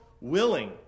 willing